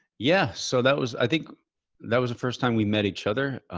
yeah. so that was, i think that was the first time we met each other.